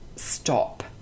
stop